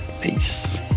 Peace